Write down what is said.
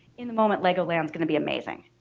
in the moment legoland is gonna be amazing.